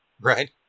Right